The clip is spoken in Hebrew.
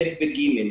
ב' ו-ג'.